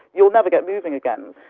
you'll never get moving again.